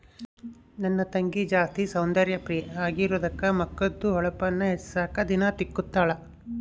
ನನ್ ತಂಗಿ ಜಾಸ್ತಿ ಸೌಂದರ್ಯ ಪ್ರಿಯೆ ಆಗಿರೋದ್ಕ ಮಕದ್ದು ಹೊಳಪುನ್ನ ಹೆಚ್ಚಿಸಾಕ ದಿನಾ ತಿಂಬುತಾಳ